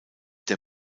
der